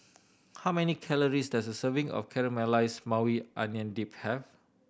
how many calories does a serving of Caramelized Maui Onion Dip have